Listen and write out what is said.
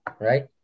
right